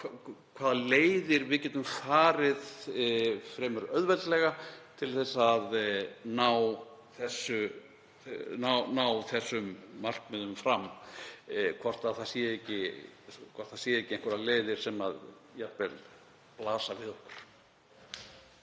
hvaða leiðir við getum farið fremur auðveldlega til að ná þessum markmiðum fram, hvort það séu ekki einhverjar leiðir sem jafnvel blasa við okkur.